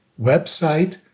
website